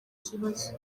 kibazo